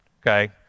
Okay